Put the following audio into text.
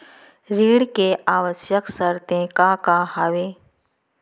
ऋण के आवश्यक शर्तें का का हवे?